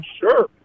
Sure